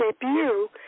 debut